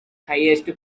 highest